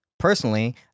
personally